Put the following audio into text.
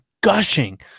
gushing